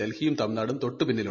ഡൽഹി യും തമിഴ്നാടും തൊട്ടുപിന്നിൽ